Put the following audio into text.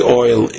oil